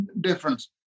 difference